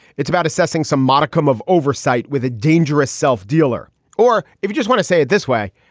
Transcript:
it's about assessing some modicum of oversight with a dangerous self dealer or if you just want to say it this way.